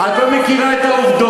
את לא מכירה את העובדות.